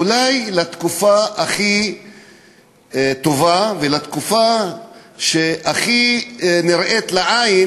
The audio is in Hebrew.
אולי כתקופה הכי טובה, התקופה שהכי נראה לעין